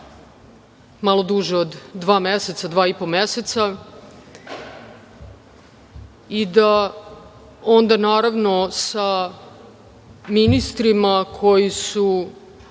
malo duže od dva meseca, dva i po meseca i da onda, sa ministrima koji su